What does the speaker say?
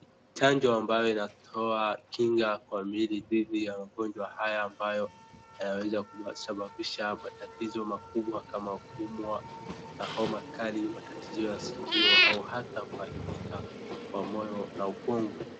Chanjo ambayo inatoa kinga kwa mili dhidi ya magonjwa haya ambayo yanaweza kuwasababisha matatizo makubwa kama kuumwa na homa kali, matatizo ya sikio au hata kuharibika kwa moyo na ukungu.